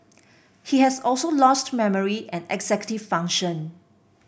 he has also lost memory and executive function